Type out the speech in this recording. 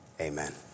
amen